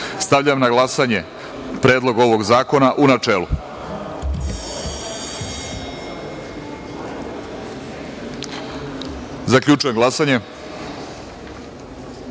na glasanje predlog ovog zakona, u načelu. Zaključujem glasanje: